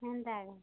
ହେନ୍ତା ଏକା